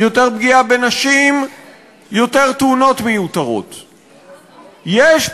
יותר נשק ברחובות זה יותר